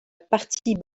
partie